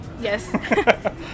yes